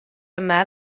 yma